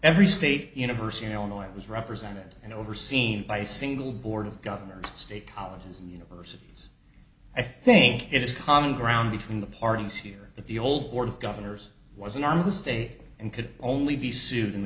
every state university in illinois was represented and overseen by single board of governors state colleges and universities i think it is common ground between the parties here but the old board of governors was in on the stay and could only be sued